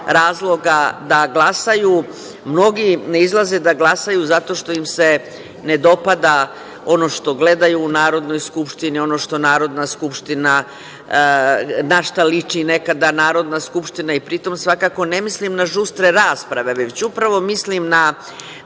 razloga da glasaju. Mnogi ne izlaze da glasaju zato što im se ne dopada ono što gledaju u Narodnoj skupštini, ono što Narodna skupština, na šta liči nekada Narodna skupština i pri tome svakako ne mislim na žustre rasprave, već upravo mislim na